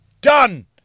Done